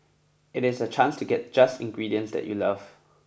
it is a chance to get just ingredients that you love